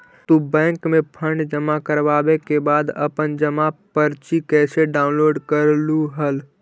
तू बैंक में फंड जमा करवावे के बाद अपन जमा पर्ची कैसे डाउनलोड करलू हल